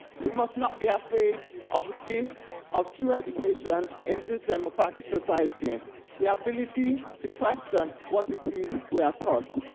we must not be afraid of gift of true education in this democratic society the ability to question what it is we are taught.